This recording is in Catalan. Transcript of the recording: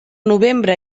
novembre